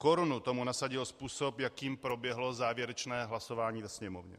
Korunu tomu nasadil způsob, jakým proběhlo závěrečné hlasování ve Sněmovně.